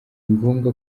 ngombwa